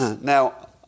Now